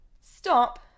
stop